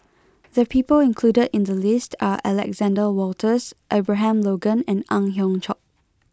the people included in the list are Alexander Wolters Abraham Logan and Ang Hiong Chiok